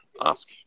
ask